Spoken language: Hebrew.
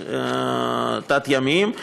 תת-ימיים,